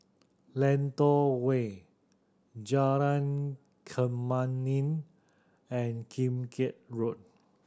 Lentor Way Jalan Kemuning and Kim Keat Road